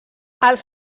els